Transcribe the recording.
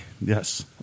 yes